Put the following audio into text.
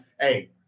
hey